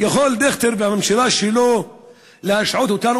יכולים דיכטר והממשלה שלו להשעות אותנו,